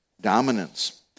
Dominance